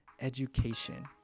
education